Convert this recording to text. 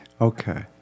Okay